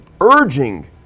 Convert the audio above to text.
urging